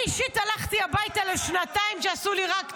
אני אישית הלכתי הביתה לשנתיים שעשו לי רק טוב.